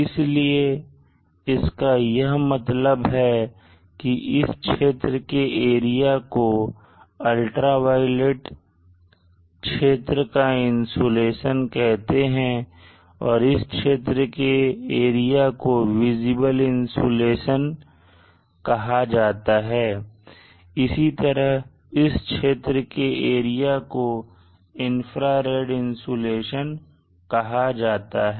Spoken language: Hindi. इसलिए इसका यह मतलब है कि इस क्षेत्र के एरिया को अल्ट्रावायलेट क्षेत्र का इंसुलेशन कहते हैं और इस क्षेत्र के एरिया को विजिबल इंसुलेशन visible insolation कहा जाता है इसी तरह इस क्षेत्र के एरिया को इंफ्रारेड इंसुलेशन infrared insolation कहा जाता है